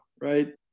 right